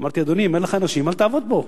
אמרתי: אדוני, אם אין לך אנשים אל תעבוד פה.